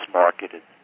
marketed